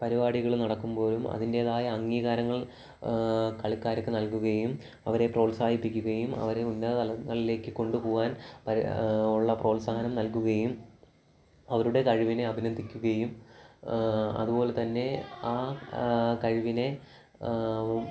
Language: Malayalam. പരിപാടികള് നടക്കുമ്പോഴും അതിൻറ്റേതായ അംഗീകാരങ്ങൾ കളിക്കാര്ക്കു നൽകുകയും അവരെ പ്രോത്സാഹിപ്പിക്കുകയും അവരെ ഉന്നതതലങ്ങളിലേക്ക് കൊണ്ടുപോകാൻ ഉള്ള പ്രോത്സാഹനം നൽകുകയും അവരുടെ കഴിവിനെ അഭിനന്ദിക്കുകയും അതുപോലെത്തന്നെ ആ ആ കഴിവിനെ